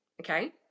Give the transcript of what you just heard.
okay